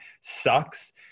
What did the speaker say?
sucks